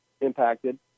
impacted